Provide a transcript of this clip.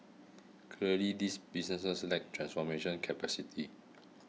clearly these businesses lack transformation capacity